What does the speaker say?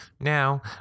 now